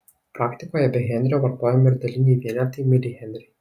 praktikoje be henrio vartojami ir daliniai vienetai milihenriai